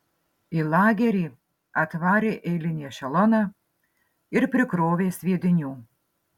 į lagerį atvarė eilinį ešeloną ir prikrovė sviedinių